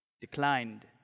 declined